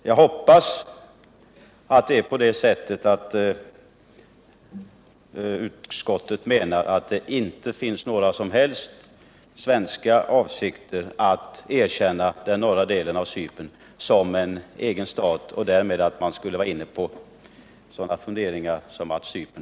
Jag vill ha belagt att det inte finns några som helst avsikter att från svensk sida erkänna en politisk delning av Cypern.